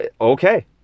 Okay